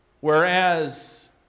Whereas